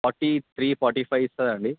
forty three forty five ఇస్తుంది అండి